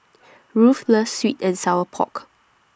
Ruthe loves Sweet and Sour Pork